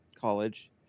college